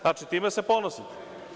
Znači, time se ponosite.